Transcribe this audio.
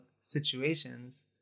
situations